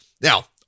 Now